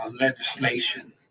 legislation